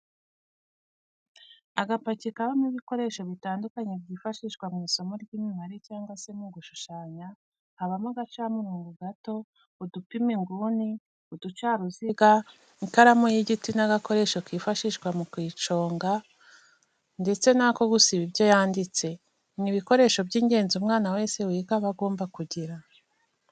Agapaki kabamo ibikoresho bitandukanye byifashishwa mu isomo ry'imibare cyangwa se mu gushushanya habamo agacamurongo gato, udupima inguni, uducaruziga, ikaramu y'igiti n'agakoresho kifashishwa mu kuyiconga ndetse n'ako gusiba ibyo yanditse, ni ibikoresho by'ingenzi umwana wese wiga aba agomba kugira.